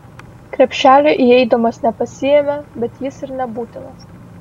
krepšelio įeidamas nepasiėmė bet jis ir nebūtinas